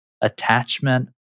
attachment